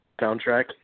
soundtrack